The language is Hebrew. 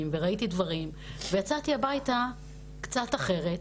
וראיתי דברים ויצאתי הביתה קצת אחרת,